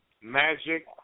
Magic